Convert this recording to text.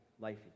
life